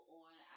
on